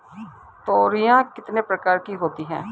तोरियां कितने प्रकार की होती हैं?